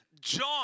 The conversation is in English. John